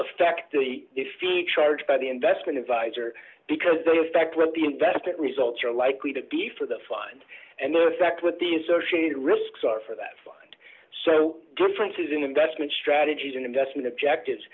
affect the iffy charge by the investment advisor because they affect what the investment results are likely to be for the find and the effect with the associated risks or for that fund so differences in investment strategies and investment objectives